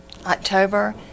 October